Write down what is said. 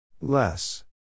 Less